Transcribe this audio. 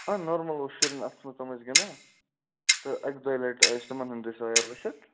آ نارمَل اوس شُرٮ۪ن اَتھس منٛز تِم ٲسۍ گِنٛدان تہٕ اَکہِ دۄیہِ لَٹہِ آسہِ تِمَن ہٕنٛدِ دٔسۍ آیٛاو ؤسِتھ